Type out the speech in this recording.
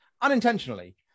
unintentionally